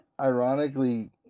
ironically